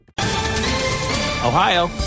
Ohio